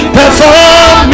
perform